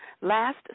last